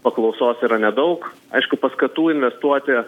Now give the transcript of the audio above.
paklausos yra nedaug aišku paskatų investuoti